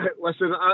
Listen